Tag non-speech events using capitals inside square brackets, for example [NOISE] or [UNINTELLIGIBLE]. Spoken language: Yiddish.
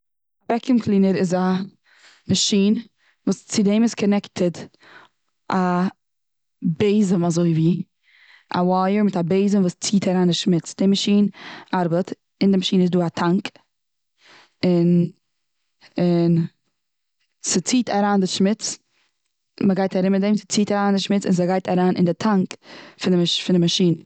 וועקום קלינער איז א מאשין, וואס צו דעים איז קאנעקטעד א בעזעם אזויווי, א וויער מיט א בעזעם וואס ציט אריין די שמוץ. די מאשין ארבעט, און די מאשיו איז דא א טאנק, און, און, ס'ציט אריין די שמוץ, און מ'גייט ארום מיט דעים און ס'ציט אריין די שמוץ אין ס'גייט אריין און די טאנק פון די, פון די [UNINTELLIGIBLE] מאשין.